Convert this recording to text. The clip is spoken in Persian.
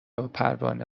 وپروانه